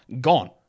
Gone